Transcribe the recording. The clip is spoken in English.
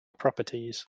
properties